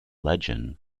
legend